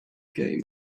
game